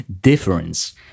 difference